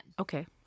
Okay